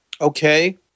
Okay